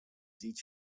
each